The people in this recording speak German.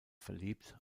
verliebt